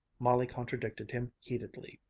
molly contradicted him heatedly.